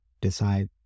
decide